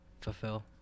Fulfill